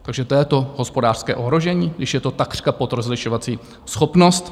Takže to je to hospodářské ohrožení, když je to takřka pod rozlišovací schopnost?